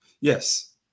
yes